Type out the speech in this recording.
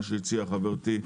מה שהציעה חברתי,